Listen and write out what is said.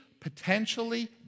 potentially